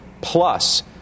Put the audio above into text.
plus